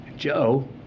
Joe